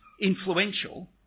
influential